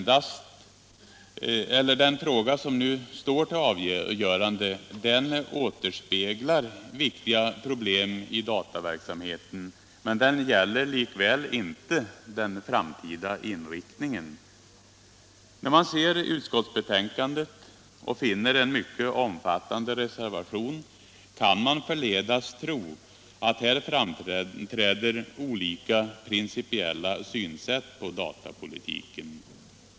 Den fråga som nu skall avgöras återspeglar viktiga problem i dataverksamheten, men den gäller likväl inte den framtida inriktningen. När man ser utskottsbetänkandet och finner en mycket omfattande reservation, kan man förledas att tro att här framträder olika principiella synsätt på datapolitiken.